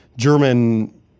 German